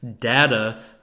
data